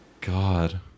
God